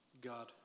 God